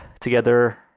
together